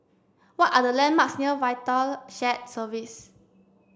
what are the landmarks near VITAL Shared Services